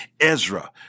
Ezra